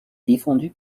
défendu